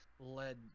led